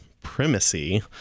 primacy